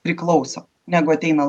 priklauso negu ateina